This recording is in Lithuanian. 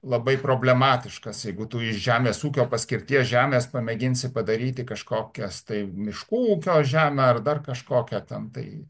labai problematiškas jeigu tu iš žemės ūkio paskirties žemės pamėginsi padaryti kažkokias tai miškų ūkio žemę ar dar kažkokią ten tai